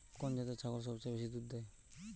কোন জাতের ছাগল সবচেয়ে বেশি দুধ দেয়?